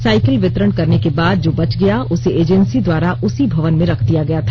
cycle वितरण करने के बाद जो बच गया उसे एजेंसी द्वारा उसी भवन में रख दिया गया था